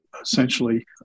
essentially